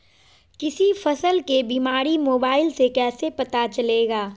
किसी फसल के बीमारी मोबाइल से कैसे पता चलेगा?